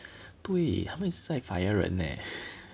对他们一直在 fire 人 leh